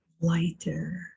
lighter